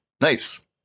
Nice